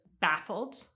baffled